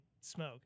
smoke